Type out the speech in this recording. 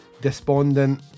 despondent